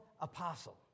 apostle